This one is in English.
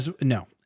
No